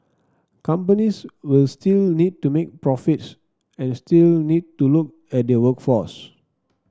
companies will still need to make profits and still need to look at their workforce